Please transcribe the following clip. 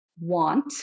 want